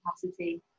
capacity